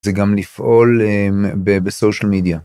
זה גם לפעול בסושיאל מדיה.